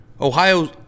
Ohio –